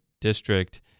district